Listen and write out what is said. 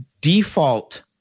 default